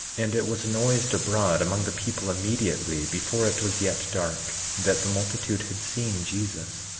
and it was noised abroad among the people immediately, before it was yet dark, that the multitude had seen jesus,